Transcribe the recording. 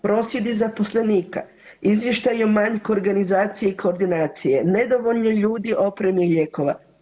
Prosvjedi zaposlenika, izvještaji o manjku organizacije i koordinacije, nedovoljno ljudi, opreme, lijekova.